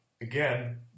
Again